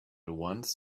once